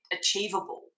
achievable